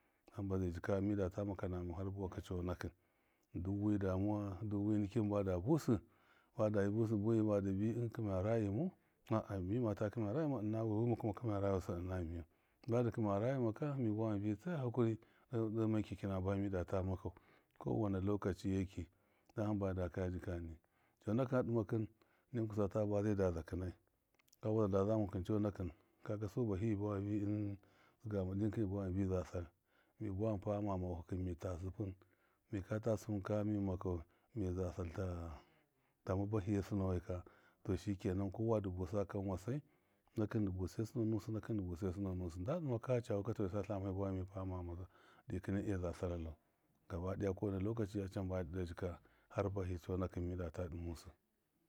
Hamba zai jika midata maka nama har buwa kṫ har cɔnakṫn duwi damuwa duwi nikin bada busi bada bi busi buwai bada bi kɨmaya rajinɔu, a- a mimata kiya ragima ɨna wiyu tɨma ku maya rajiwasɨ ina miyu badɨ kṫɨyɨma kami buwa mibi tsaya hakuri de makaki nama ba midata dim aka kɔwena lɔkaciye kidan hamba da kaja jika ni cɔnakṫn a dɨmakɨn ne muku nai muku sata baze daza kɨnai, ka buwaza daza muku kɨn cɔnakṫn kaga su bahɨ mi buwama mibi ɨn tsigama ikɨkɨn mi buwama mibi zasal, mi bura pa ghama ma wuhɨkɨn, mi ta sɨpɨn mika ta sɨpɨm kami maka zasal tama bahiye sino wai katɔ shike nan kɔwa di busai kanwa sai nakɨn dɨ busai sinɔ nusɨ nakɨn tɔ nda dɨmaka hacawu katɔ misa tlama mibuwa mami bipa ghamama. dikɨnai e za salalau, gaba daya kɔwena lɔkaci hamba midɨ de jika har bahɨ cɔnakṫn mindata dɨmusɨ.